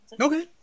okay